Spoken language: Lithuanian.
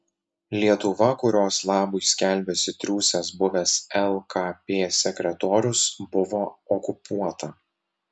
lietuva kurios labui skelbiasi triūsęs buvęs lkp sekretorius buvo okupuota